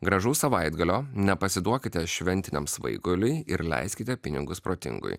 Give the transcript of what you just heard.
gražaus savaitgalio nepasiduokite šventiniam svaiguliui ir leiskite pinigus protingai